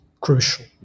crucial